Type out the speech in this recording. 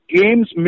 games